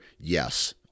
Yes